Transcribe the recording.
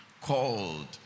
called